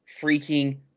freaking